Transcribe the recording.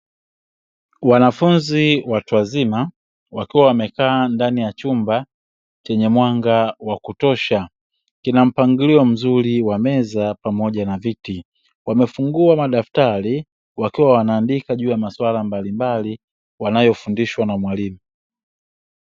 Wanafunzi watu wazima wakiwa wamekaa kwenye chumba chenye mwanga wa kutosha kina mpangilio mzuri wa meza pamoja na viti, wamefungua madaftari wakiwa wanaandika juu ya masuala mbalimbali wanayofundishwa na mwalimu.